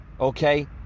okay